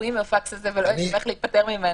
תקועים עם הפקס הזה ולא יודעים איך להיפטר ממנו.